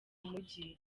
mujyi